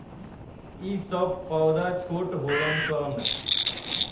ई सब पौधा छोट होलन सन